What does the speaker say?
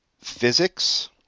Physics